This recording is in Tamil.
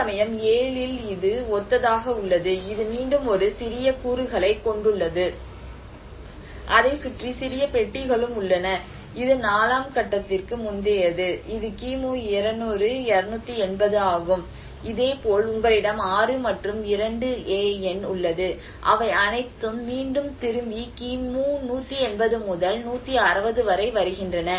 அதேசமயம் 7 இல் இது ஒத்ததாக உள்ளது இது மீண்டும் ஒரு சிறிய கூறுகளைக் கொண்டுள்ளது அதைச் சுற்றி சிறிய பெட்டிகளும் உள்ளன இது 4 ஆம் கட்டத்திற்கு முந்தையது இது கிமு 200 280 ஆகும் இதேபோல் உங்களிடம் 6 மற்றும் 2 அ எண் உள்ளது அவை அனைத்தும் மீண்டும் திரும்பி கிமு 180 முதல் 160 வரை வருகின்றன